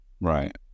Right